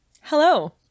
Hello